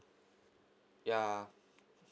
ya